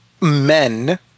men